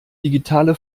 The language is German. digitale